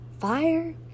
fire